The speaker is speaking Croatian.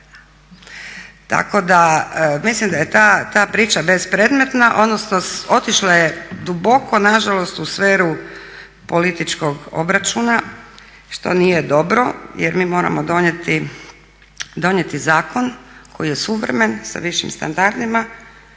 Tako da mislim da je ta priča bespredmetna, odnosno otišla je duboko nažalost u sferu političkog obračuna što nije dobro jer mi moramo donijeti zakon koji je suvremen sa višim standardima